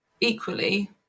equally